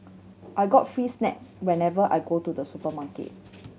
I get free snacks whenever I go to the supermarket